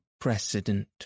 precedent